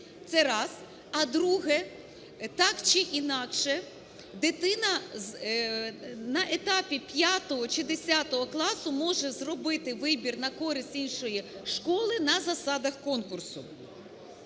Це раз. А друге. Так чи інакше дитина на етапі 5-го чи 10-го класу може зробити вибір на користь іншої школи на засадах конкурсу.